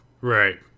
right